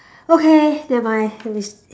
okay nevermind we